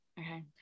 Okay